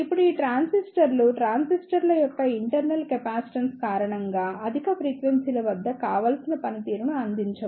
ఇప్పుడు ఈ ట్రాన్సిస్టర్లు ట్రాన్సిస్టర్ల యొక్క ఇంటర్నల్ కెపాసిటెన్స్ కారణంగా అధిక ఫ్రీక్వెన్సీ ల వద్ద కావాల్సిన పనితీరును అందించవు